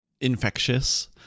infectious